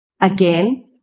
Again